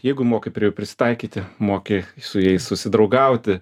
jeigu moki prie jų prisitaikyti moki su jais susidraugauti